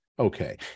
Okay